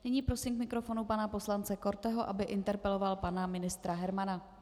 Nyní prosím k mikrofonu pana poslance Korteho, aby interpeloval pana ministra Hermana.